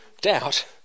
doubt